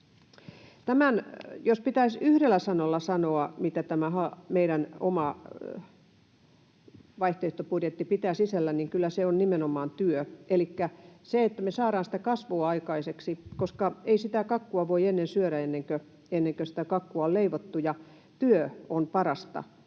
Jos pitäisi yhdellä sanalla sanoa, mitä tämä meidän oma vaihtoehtobudjettimme pitää sisällään, niin kyllä se on nimenomaan työ elikkä se, että me saadaan kasvua aikaiseksi, koska ei sitä kakkua voi syödä, ennen kuin sitä kakkua on leivottu. Työ on parasta